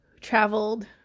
traveled